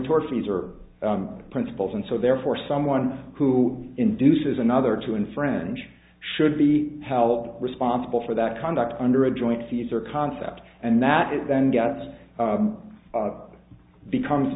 tortfeasor principles and so therefore someone who induces another to infringe should be held responsible for that conduct under a joint caesar concept and that it then gets becomes